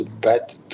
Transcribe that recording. bad